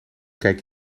kijk